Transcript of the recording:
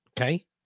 Okay